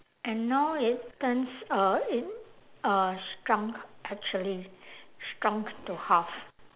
and now it turns uh it uh shrunk actually shrunk to half